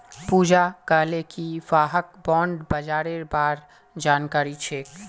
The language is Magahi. पूजा कहले कि वहाक बॉण्ड बाजारेर बार जानकारी छेक